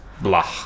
Blah